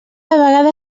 vegada